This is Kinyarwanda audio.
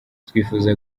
twifuza